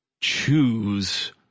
choose